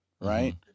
right